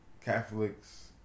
Catholics